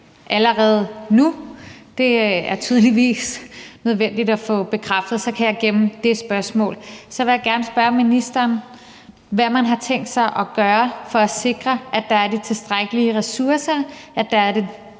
allerede nu. Det er tydeligvis nødvendigt at få bekræftet, så kan jeg gemme det spørgsmål. Så vil jeg gerne spørge ministeren, hvad man har tænkt sig at gøre for at sikre, at der er de tilstrækkelige ressourcer, at der er det tilstrækkelige